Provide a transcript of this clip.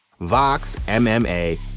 VOXMMA